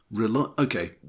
Okay